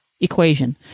equation